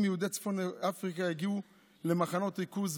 מיהודי צפון אפריקה הגיעו למחנות ריכוז,